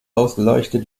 ausgeleuchtet